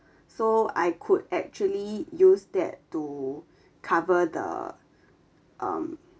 so I could actually use that to cover the um